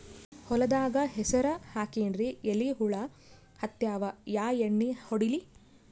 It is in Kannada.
ಹೊಲದಾಗ ಹೆಸರ ಹಾಕಿನ್ರಿ, ಎಲಿ ಹುಳ ಹತ್ಯಾವ, ಯಾ ಎಣ್ಣೀ ಹೊಡಿಲಿ?